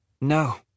No